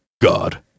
God